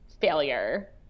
failure